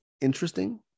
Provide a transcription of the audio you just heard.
interesting